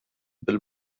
bil